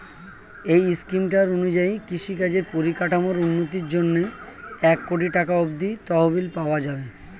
এই স্কিমটার অনুযায়ী কৃষিকাজের পরিকাঠামোর উন্নতির জন্যে এক কোটি টাকা অব্দি তহবিল পাওয়া যাবে